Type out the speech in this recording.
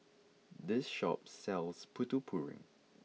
this shop sells Putu Piring